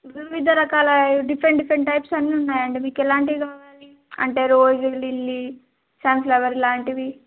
వివిధ రకాల different different types అన్ని ఉన్నాయండి మీకు ఎలాంటివి కావాలి అంటే రోజు లిల్లీ సన్ఫ్లవర్ ఇలాంటివి